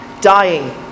dying